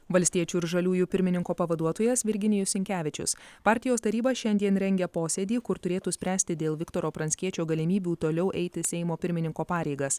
valstiečių ir žaliųjų pirmininko pavaduotojas virginijus sinkevičius partijos taryba šiandien rengia posėdį kur turėtų spręsti dėl viktoro pranckiečio galimybių toliau eiti seimo pirmininko pareigas